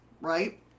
Right